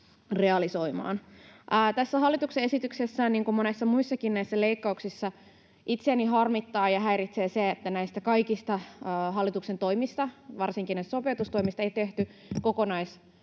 realisoimaan. Tässä hallituksen esityksessä, niin kuin monissa muissakin näissä leikkauksissa, itseäni harmittaa ja häiritsee se, että näistä kaikista hallituksen toimista, varsinkin näistä sopeutustoimista, ei tehty kokonaisarvioita.